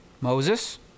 Moses